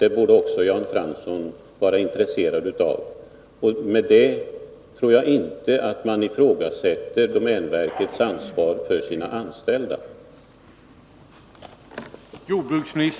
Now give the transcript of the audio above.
Det borde också Jan Fransson vara Nr 107 intresserad av. Jag tror inte att man härmed ifrågasätter domänverkets